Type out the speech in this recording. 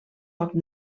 poc